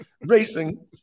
racing